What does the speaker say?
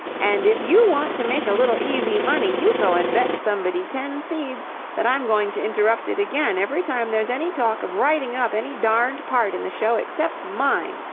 and, if you want to make a little easy money, you go and bet somebody ten seeds that i'm going to interrupt it again every time there's any talk of writing up any darned part in the show except mine.